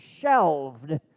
shelved